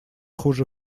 хуже